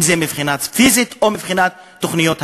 אם מבחינה פיזית או מבחינת תוכניות הלימוד.